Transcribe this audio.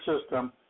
system